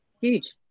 huge